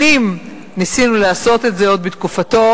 שנים ניסינו לעשות את זה, עוד בתקופתו,